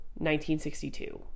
1962